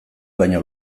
baina